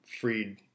freed